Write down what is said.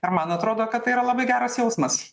ir man atrodo kad tai yra labai geras jausmas